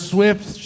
Swift